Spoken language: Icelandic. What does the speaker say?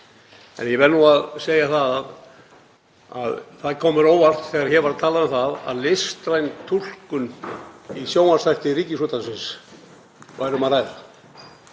en ég verð nú að segja það að það kom mér á óvart þegar hér var að talað um að um listræna túlkun í sjónvarpsþætti Ríkisútvarpsins væri að ræða.